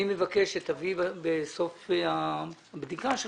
אני מבקש שבסוף הבדיקה שלך,